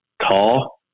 tall